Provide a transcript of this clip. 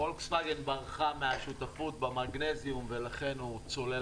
פולקסווגן ברחה מהשותפות במגנזיום ולכן הוא צולל